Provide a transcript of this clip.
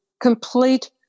complete